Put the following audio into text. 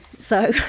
so,